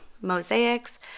mosaics